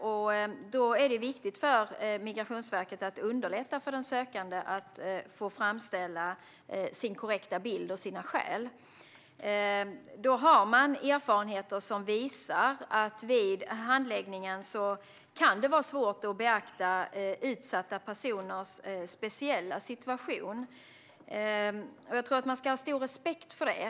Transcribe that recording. Därför är det viktigt för Migrationsverket att underlätta för den sökande att framställa sin korrekta bild och sina skäl. Det finns erfarenheter som visar att det vid handläggningen kan vara svårt att beakta utsatta personers speciella situation. Jag tror att man ska ha stor respekt för detta.